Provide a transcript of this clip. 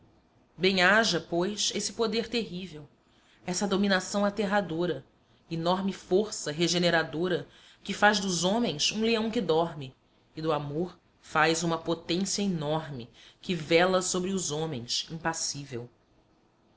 bem haja pois esse poder terrível essa dominação aterradora enorme força regeneradora que faz dos homens um leão que dorme e do amor faz uma potência enorme que vela sobre os homens impassível